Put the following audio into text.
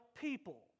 people